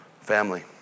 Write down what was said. Family